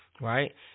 right